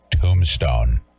tombstone